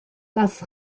das